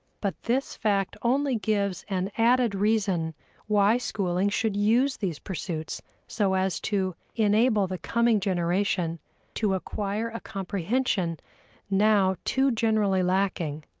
but this fact only gives an added reason why schooling should use these pursuits so as to enable the coming generation to acquire a comprehension now too generally lacking,